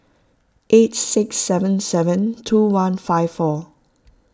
eight six seven seven two one five four